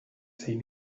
zein